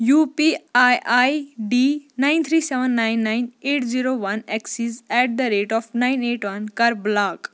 U P I I D nine three seven nine nine eight zero one x's eight the rate of nine eight one کَر block